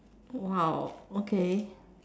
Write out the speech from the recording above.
!wow! okay